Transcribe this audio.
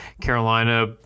Carolina